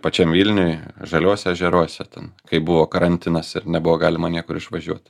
pačiam vilniui žaliuose ežeruose ten kai buvo karantinas ir nebuvo galima niekur išvažiuot